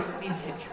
music